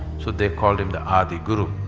so they called him the adi guru.